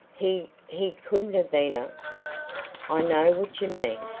he he couldn't have been a i know what you mean.